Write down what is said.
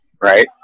Right